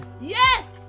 Yes